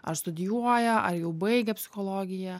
ar studijuoja ar jau baigę psichologiją